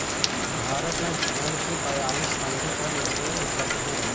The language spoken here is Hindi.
भारत में भेड़ की बयालीस पंजीकृत नस्लें उपलब्ध हैं